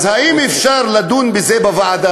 אז האם אפשר לדון בזה בוועדה?